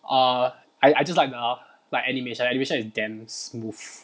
err I I just like the like animation the animation is damn smooth